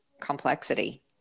complexity